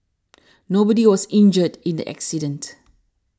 nobody was injured in the accident